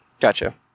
Gotcha